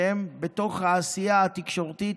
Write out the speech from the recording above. שהם בתוך העשייה התקשורתית,